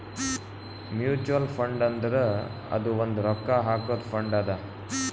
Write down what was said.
mutual fund ಅಂದುರ್ ಅದು ಒಂದ್ ರೊಕ್ಕಾ ಹಾಕಾದು ಫಂಡ್ ಅದಾ